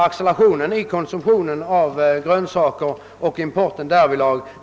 Accelerationen av konsumtionen av grönsaker och den därav föranledda importen av dessa varor ökar.